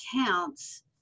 accounts